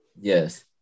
Yes